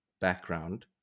background